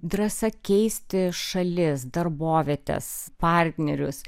drąsa keisti šalis darbovietes partnerius